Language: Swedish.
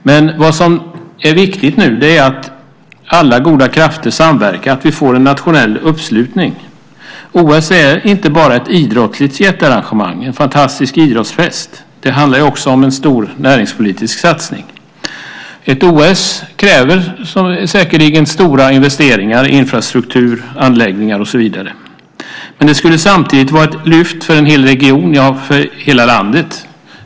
Men vad som är viktigt nu är att alla goda krafter samverkar, att vi får en nationell uppslutning. OS är inte bara ett idrottsligt jättearrangemang, en fantastisk idrottsfest. Det handlar också om en stor näringspolitisk satsning. Ett OS kräver säkerligen stora investeringar i infrastruktur, anläggningar och så vidare, men det skulle samtidigt vara ett lyft för en hel region - ja, för hela landet.